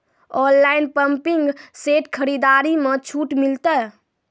Online pumping set खरीदारी मे छूट मिलता?